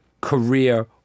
career